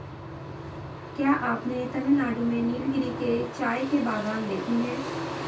क्या आपने तमिलनाडु में नीलगिरी के चाय के बागान देखे हैं?